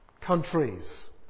countries